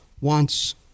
wants